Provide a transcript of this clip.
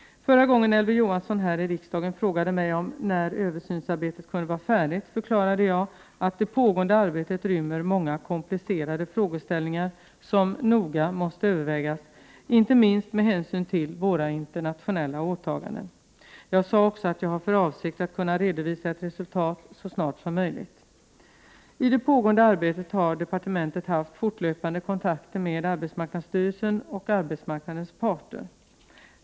Förra gången Elver Jonsson här i riksdagen frågade mig, när översynsarbetet kunde vara färdigt, förklarade jag att det pågående arbetet rymmer många komplicerade frågeställningar, som noga måste övervägas, inte minst med hänsyn till våra internationella åtaganden. Jag sade också att jag hade för avsikt att kunna redovisa ett resultat så snart som möjligt. I det pågående arbetet har departementet haft fortlöpande kontakter med arbetsmarknadsstyrelsen och arbetsmarknadens parter.